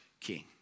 king